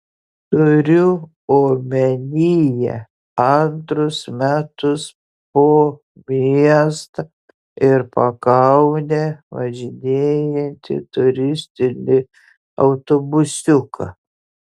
turiu omenyje antrus metus po miestą ir pakaunę važinėjantį turistinį autobusiuką